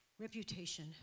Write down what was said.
Reputation